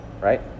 right